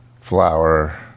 flour